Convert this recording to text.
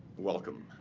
welcome.